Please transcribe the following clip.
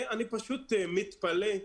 אני פשוט מתפלא.